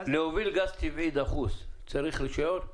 להוביל גז טבעי דחוס צריך רישיון?